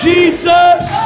Jesus